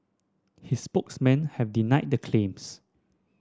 his spokesmen have denied the claims